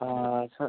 असंच